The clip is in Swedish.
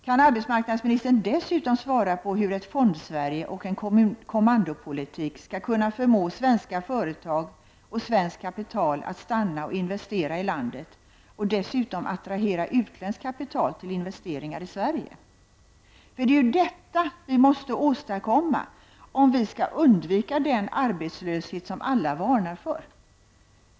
Kan arbetsmarknadsministern dessutom svara på hur ett Fondsverige och en kommandopolitik skall kunna förmå svenska företag och svenskt kapital att stanna och investera i landet och dessutom attrahera utländskt kapital till investeringar i Sverige? För det är ju detta vi måste åstadkomma om vi skall undvika den arbetslöshet som alla varnar för.